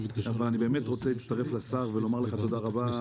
אבל אני רוצה להצטרף לשר ולומר לך תודה רבה,